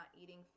eating